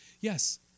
yes